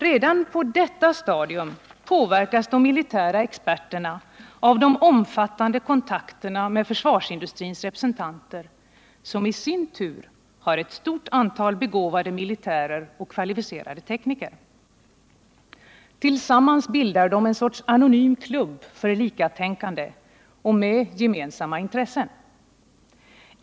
Redan på detta stadium påverkas de militära experterna av de omfattande kontakterna med försvarsindustrins representanter, som i sin tur har ett stort antal begåvade militärer och kvalificerade tekniker till förfogande. Tillsammans bildar de en sorts anonym klubb för likatänkande och med gemensamma intressen.